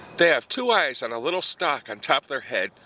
they have two eyes on a little stalk atop their head,